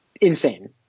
insane